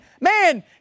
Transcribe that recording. man